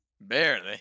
Barely